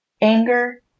Anger